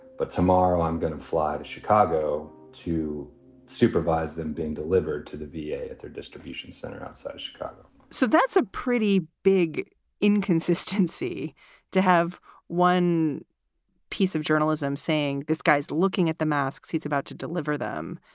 but tomorrow i'm going to fly to chicago to supervise them being delivered to the v a. at their distribution center outside chicago so that's a pretty big inconsistency to have one piece of journalism saying this guy's looking at the masks, he's about to deliver them.